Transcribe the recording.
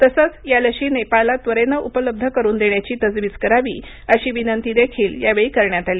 तसंच या लशी नेपाळला त्वरेनं उपलब्ध करून देण्याची तजवीज करावी अशी विनंतीदेखील यावेळी करण्यात आली